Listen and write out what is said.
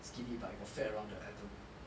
skinny but you got fat around the abdomen